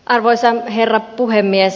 arvoisa herra puhemies